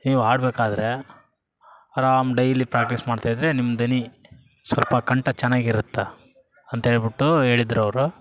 ನೀವು ಹಾಡ್ಬೇಕಾದ್ರೆ ಅರಾಮ್ ಡೈಲಿ ಪ್ರಾಕ್ಟಿಸ್ ಮಾಡ್ತಾಯಿದ್ರೆ ನಿಮ್ಮ ದನಿ ಸ್ವಲ್ಪ ಕಂಠ ಚೆನ್ನಾಗಿರುತ್ತೆ ಅಂತ ಹೇಳ್ಬುಟ್ಟು ಹೇಳಿದ್ರ್ ಅವರು